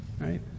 right